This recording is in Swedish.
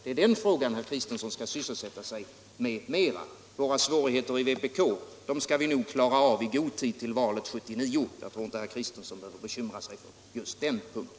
Det är den frågan som herr Kristenson skall sysselsätta sig med mera. Våra svårigheter i vpk skall vi nog klara av i god tid till valet 1979. Jag tror inte att herr Kristenson behöver bekymra sig för just den saken.